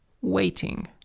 waiting